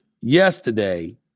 Yesterday